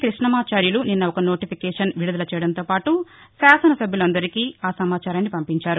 కృష్ణమాచార్యులు నిన్న ఒక నోటిఫికేషన్ విడుదల చేయడంతోపాటు శాసన సభ్యులు అందరికీ ఆ సమాచారాన్ని పంపించారు